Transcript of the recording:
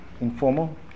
informal